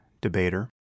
debater